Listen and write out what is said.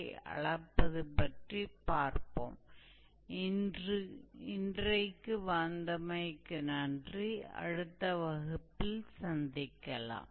तो ध्यान देने के लिए धन्यवाद और मैं अगली कक्षा में क्लास में आपसे मिलता हूं